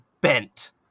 bent